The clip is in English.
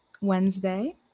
Wednesday